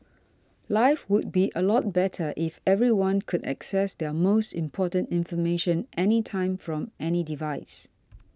life would be a lot better if everyone could access their most important information anytime from any device